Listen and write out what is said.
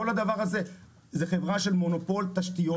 זאת חברה של מונופול תשתיות.